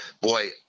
boy